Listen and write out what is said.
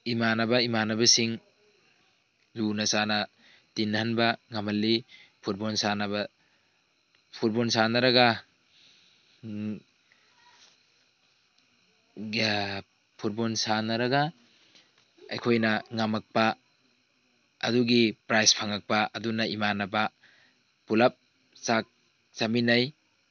ꯏꯃꯥꯟꯅꯕ ꯏꯃꯥꯟꯅꯕꯁꯤꯡ ꯂꯨꯅ ꯆꯥꯟꯅ ꯇꯤꯅꯍꯟꯕ ꯉꯝꯍꯜꯂꯤ ꯐꯨꯠꯕꯣꯟ ꯁꯥꯅꯕ ꯐꯨꯠꯕꯣꯟ ꯁꯥꯅꯔꯒ ꯐꯨꯠꯕꯣꯟ ꯁꯥꯅꯔꯒ ꯑꯩꯈꯣꯏꯅ ꯉꯝꯃꯛꯄ ꯑꯗꯨꯒꯤ ꯄ꯭ꯔꯥꯖ ꯐꯪꯉꯛꯄ ꯑꯗꯨꯅ ꯏꯃꯥꯟꯅꯕ ꯄꯨꯂꯞ ꯆꯥꯛ ꯆꯥꯃꯤꯟꯅꯩ